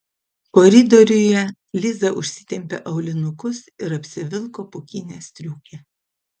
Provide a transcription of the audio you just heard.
koridoriuje liza užsitempė aulinukus ir apsivilko pūkinę striukę